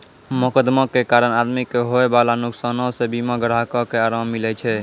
मोकदमा के कारण आदमी के होयबाला नुकसानो से बीमा ग्राहको के अराम मिलै छै